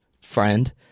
friend